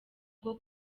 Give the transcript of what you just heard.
bwo